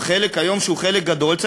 חלק שהוא חלק גדול היום,